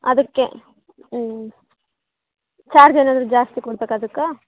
ಅದಕ್ಕೆ ಹ್ಞೂ ಚಾರ್ಜ್ ಏನಾದರೂ ಜಾಸ್ತಿ ಕೊಡ್ಬೇಕಾ ಅದುಕ್ಕೆ